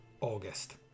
August